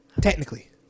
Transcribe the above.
Technically